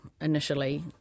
initially